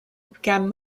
began